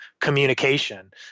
communication